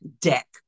Deck